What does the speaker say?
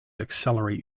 accelerate